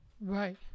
right